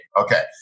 Okay